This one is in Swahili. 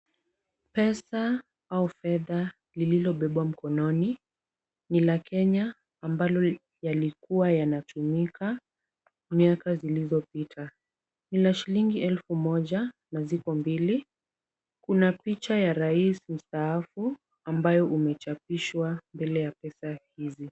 Pesa au fedha lililobebwa mkononi ni la Kenya ambalo yalikuwa yanatumika miaka zilizopita, ni za shilingi elfu moja na ziko mbili. Kuna picha ya rais mstaafu ambayo umechapishwa mbele ya pesa hizi.